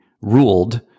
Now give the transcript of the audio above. ruled